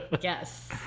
Yes